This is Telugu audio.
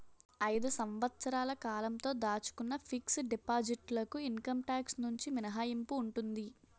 ఐదు సంవత్సరాల కాలంతో దాచుకున్న ఫిక్స్ డిపాజిట్ లకు ఇన్కమ్ టాక్స్ నుంచి మినహాయింపు ఉంటుంది